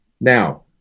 Now